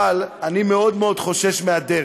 אבל, אני מאוד חושש מהדרך.